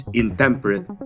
intemperate